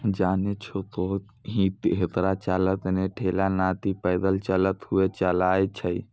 जानै छो तोहं कि हेकरा चालक नॅ ठेला नाकी पैदल चलतॅ हुअ चलाय छै